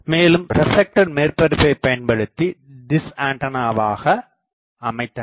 மேலும் ரெப்லெக்டர் மேற்பரப்பை பயன்படுத்தி டிஷ்ஆண்டனாவாக அமைத்தனர்